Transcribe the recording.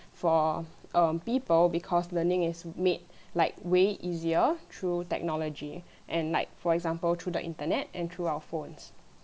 for um people because learning is made like way easier through technology and like for example through the internet and through our phones